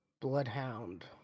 bloodhound